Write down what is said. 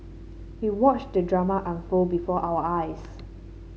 we watched the drama unfold before our eyes